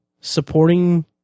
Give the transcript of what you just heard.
supporting